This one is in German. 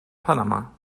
panama